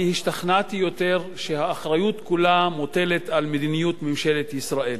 אני השתכנעתי יותר שהאחריות כולה מוטלת על מדיניות ממשלת ישראל.